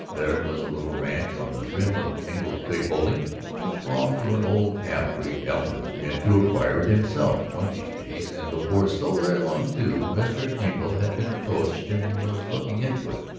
there was a little ranch on the rim of engle's big holding which belonged to an old half-breed elmer meant to acquire it himself one of these days. and before so very long, too. mr. engle had been approached and was looking into it,